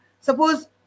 suppose